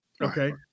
Okay